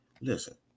listen